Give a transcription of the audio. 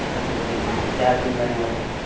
പച്ചക്കറി ആ ക്യാരറ്റും കാര്യങ്ങളൊക്കെ